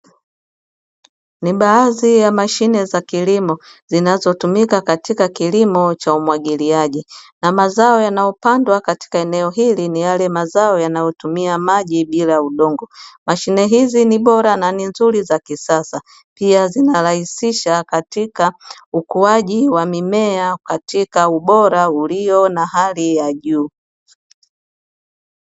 Ni baadhi ya mashine za kilimo zinazotumika katika kilimo cha umwagiliaji, na mazao yanayopandwa katika eneo hili ni mazao yanayotumia maji bila udongo. Mashine hizi ni bora na nzuri za kisasa. Pia zinarahisisha katika ukuaji wa mimea katika ubora wa hali ya juu.